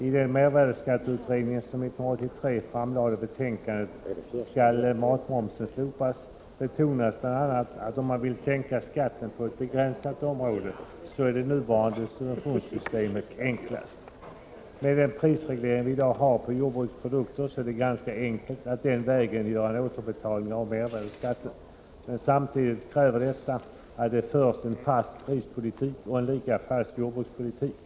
I den mervärdeskatteutredning som 1983 framlade betänkandet ”Skall matmomsen slopas?” betonades bl.a. att om man vill sänka skatten på ett begränsat område så är det nuvarande subventionssystemet enklast. Med den prisreglering vi i dag har på jordbrukets produkter är det ganska enkelt att den vägen göra en återbetalning av mervärdeskatten. Men samtidigt kräver detta att det förs en fast prispolitik och en lika fast jordbrukspolitik.